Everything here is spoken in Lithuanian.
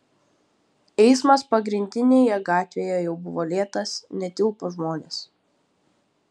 eismas pagrindinėje gatvėje jau buvo lėtas netilpo žmonės